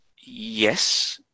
yes